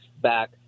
back